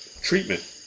treatment